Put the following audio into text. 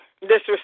disrespect